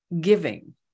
giving